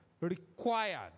required